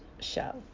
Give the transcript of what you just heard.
show